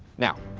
now,